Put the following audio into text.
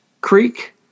Creek